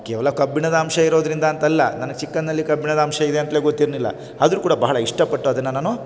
ಕೇವಲ ಕಬ್ಬಿಣದ ಅಂಶ ಇರೋದರಿಂದ ಅಂತಲ್ಲ ನನಗೆ ಚಿಕ್ಕಂದಿನಲ್ಲಿ ಕಬ್ಬಿಣದ ಅಂಶ ಇದೇ ಅಂತಲೇ ಗೊತ್ತಿರ್ನಿಲ್ಲ ಆದರೂ ಕೂಡ ಬಹಳ ಇಷ್ಟಪಟ್ಟು ಅದನ್ನು ನಾನು